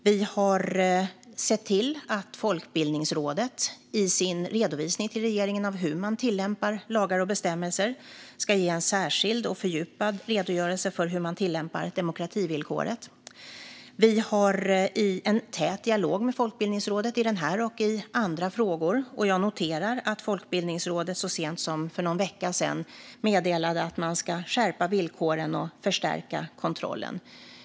Vi har sett till att Folkbildningsrådet i sin redovisning till regeringen av hur man tillämpar lagar och bestämmelser ska ge en särskild och fördjupad redogörelse för hur man tillämpar demokrativillkoret. Vi för en tät dialog med Folkbildningsrådet i denna och andra frågor, och jag noterar att Folkbildningsrådet så sent som för någon vecka sedan meddelade att man ska skärpa villkoren och förstärka kontrollen.